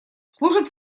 служит